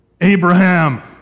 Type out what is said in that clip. Abraham